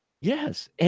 Yes